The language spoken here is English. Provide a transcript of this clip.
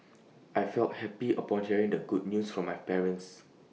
I felt happy upon hearing the good news from my parents